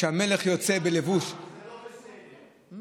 שהמלך יוצא בלבוש, זה לא בסדר.